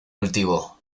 cultivo